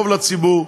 טוב לציבור,